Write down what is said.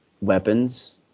weapons